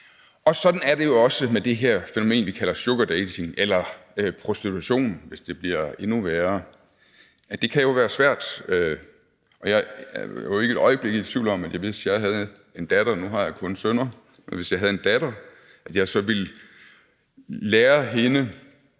Sådan er det jo også med det her fænomen, vi kalder sugardating eller prostitution, hvis det bliver endnu værre. Det kan jo være svært, og jeg er ikke et øjeblik i tvivl om, at hvis jeg havde en datter – nu har jeg kun sønner – ville jeg lære hende,